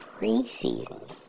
preseason